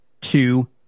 two